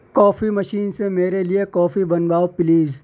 کافی machine سے میرے لیے کافی بنواؤ پلیز